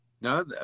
no